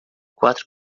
quatro